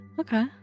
okay